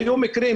היו מקרים.